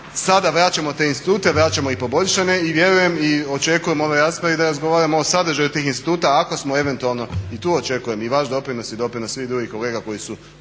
Sada vraćamo te institute, vraćamo ih poboljšane i vjerujem i očekujem u ovoj raspravi da razgovaramo o sadržaju tih instituta ako smo eventualno i tu očekujem i vaš doprinos i doprinos svih drugih kolega koji su